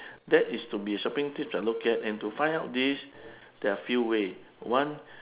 that is to be shopping tips I look at and to find out this there are few ways one